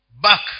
back